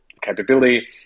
capability